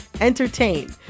entertain